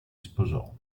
sposò